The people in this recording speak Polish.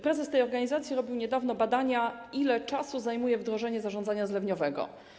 Prezes tej organizacji robił niedawno badania dotyczące tego, ile czasu zajmuje wdrożenie zarządzania zlewniowego.